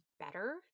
better